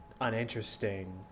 uninteresting